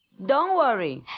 don't worry!